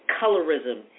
colorism